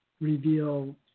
reveal